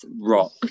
rock